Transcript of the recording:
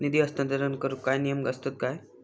निधी हस्तांतरण करूक काय नियम असतत काय?